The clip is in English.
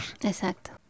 Exacto